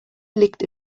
liegt